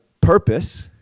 purpose